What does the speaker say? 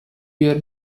your